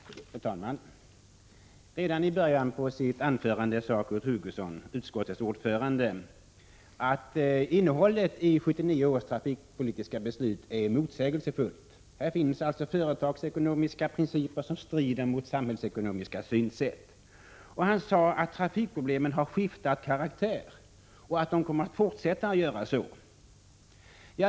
Fru talman! Redan i början av sitt anförande sade Kurt Hugosson, utskottets ordförande, att innehållet i 1979 års trafikpolitiska beslut är motsägelsefullt. Här finns alltså företagsekonomiska principer som strider mot samhällsekonomiska synsätt. Han sade också att trafikproblemen har skiftat karaktär och kommer att fortsätta att göra så.